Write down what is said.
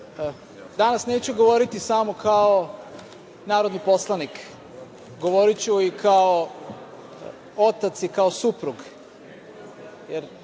danas neću govoriti samo kao narodni poslanik, govoriću i kao otac i kao suprug,